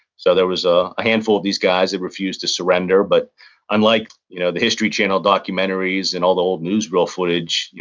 so there was a handful of these guys that refused to surrender, but unlike you know the history channel documentaries and all the old newsreel footage,